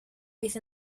with